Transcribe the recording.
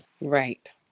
Right